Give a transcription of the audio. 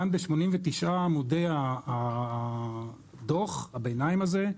כאן ב-89 עמודי הדוח הביניים הזה,